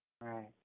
Right